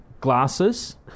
Glasses